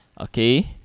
Okay